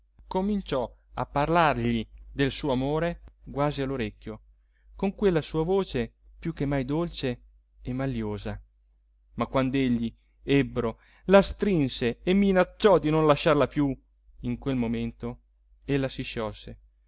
cominciò a parlargli del suo amore quasi all'orecchio con quella sua voce più che mai dolce e maliosa ma quand'egli ebbro la strinse e minacciò di non lasciarla più in quel momento ella si sciolse